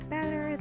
Better